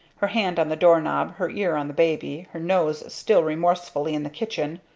her hand on the doorknob, her ear on the baby, her nose still remorsefully in the kitchen,